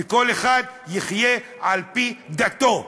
וכל אחד יחיה על-פי דתו,